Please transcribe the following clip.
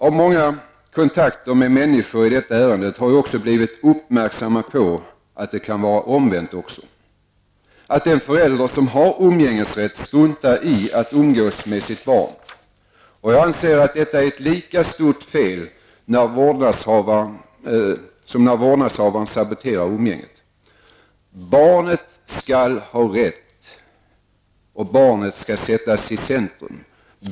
Av många kontakter som jag haft med människor i detta ärende har jag också blivit uppmärksamgjord på att förhållandet också kan vara det omvända, att den förälder som har umgängesrätt struntar i att umgås med sitt barn. Jag anser att detta är ett lika stort fel som när vårdnadshavaren saboterar umgänget. Barnet skall sättas i centrum.